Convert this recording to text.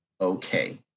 okay